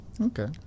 Okay